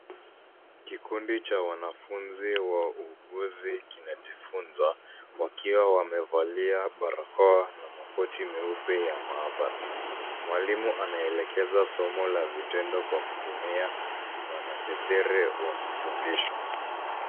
Kikundi cha wanafunzi wa uuguzi kinajifunzwa wakiwa wamevalia barakoa na makoti meupe ya maabara. Mwalimu anaelekeza somo la vitendo kwa kutumia mwanasesere wa kufundisha.